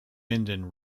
minden